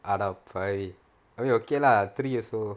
அடப்பாவி:adapavi I mean okay lah three also